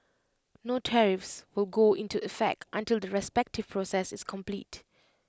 no tariffs will go into effect until the respective process is complete